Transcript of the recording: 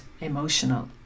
emotional